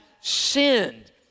sinned